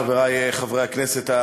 חברי חברי הכנסת,